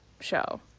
show